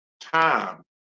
time